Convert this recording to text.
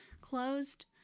closed